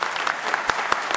(מחיאות כפיים)